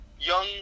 young